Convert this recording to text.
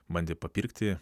bandė papirkti